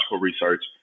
research